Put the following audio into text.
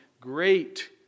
great